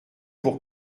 pour